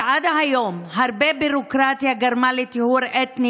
שעד היום הרבה ביורוקרטיה גרמה לטיהור אתני